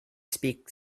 speak